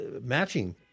matching